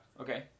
okay